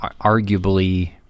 arguably